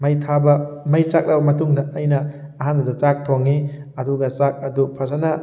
ꯃꯩ ꯊꯥꯕ ꯃꯩ ꯆꯥꯛꯂꯕ ꯃꯇꯨꯡꯗ ꯑꯩꯅ ꯑꯍꯥꯟꯕꯗ ꯆꯥꯛ ꯊꯣꯡꯉꯤ ꯑꯗꯨꯒ ꯆꯥꯛ ꯑꯗꯨ ꯐꯖꯅ